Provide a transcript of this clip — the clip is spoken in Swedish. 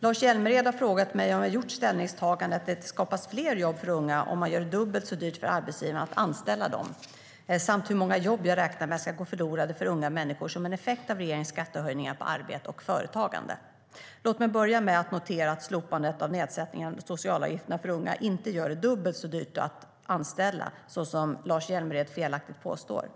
Lars Hjälmered har frågat mig om jag har gjort ställningstagandet att det skapas fler jobb för unga om man gör det dubbelt så dyrt för arbetsgivaren att anställa dem samt hur många jobb jag räknar med ska gå förlorade för unga människor som en effekt av regeringens skattehöjningar på arbete och företagande. Låt mig börja med att notera att slopandet av nedsättningen av socialavgifterna för unga inte gör det dubbelt så dyrt att anställa unga, som Lars Hjälmered felaktigt påstår.